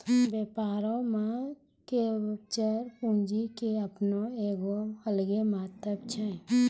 व्यापारो मे वेंचर पूंजी के अपनो एगो अलगे महत्त्व छै